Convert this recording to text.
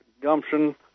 gumption